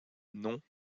non